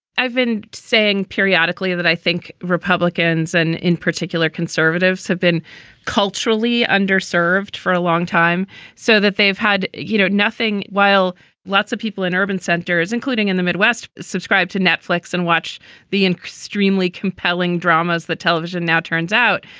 i've been saying periodically that i think republicans and in particular conservatives have been culturally underserved for a long time so that they've had, you know, nothing while lots of people in urban centers, including in the midwest, subscribe to netflix and watch the extremely compelling dramas that television now turns out.